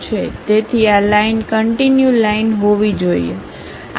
તેથી આ line continue line હોવી જોઈએ